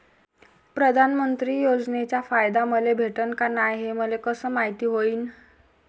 प्रधानमंत्री योजनेचा फायदा मले भेटनं का नाय, हे मले कस मायती होईन?